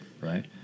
Right